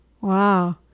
Wow